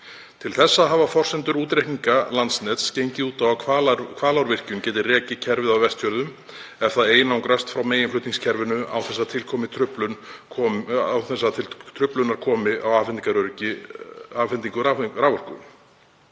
Til þessa hafa forsendur útreikninga Landsnets gengið út á að Hvalárvirkjun geti rekið kerfið á Vestfjörðum ef það einangrast frá meginflutningskerfinu án þess að til truflunar komi á afhendingu raforku.